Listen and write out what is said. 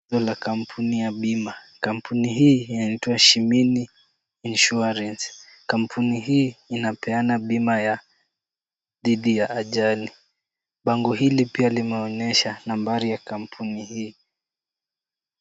Tangazo la kampuni ya bima. Kampuni hii inaitwa Shimini Insurance. Kampuni hii inapeana bima dhidi ya ajali. Bango hili pia limeonyesha nambari ya kampuni hii.